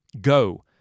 Go